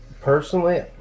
personally